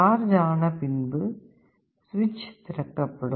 charge ஆன பின் சுவிட்ச் திறக்கப்படும்